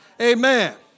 Amen